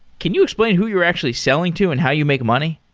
can you explain who you're actually selling to and how you make money?